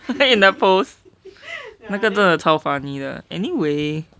那个 post 那个真的超:na ge zhen de chaoao funny 的 anyway